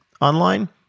online